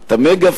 את מה?